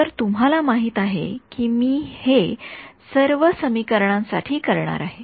तर तुम्हाला माहिती आहे की मी हे सर्व समीकरणा साठी करणार आहे